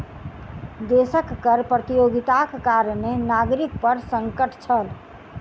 देशक कर प्रतियोगिताक कारणें नागरिक पर संकट छल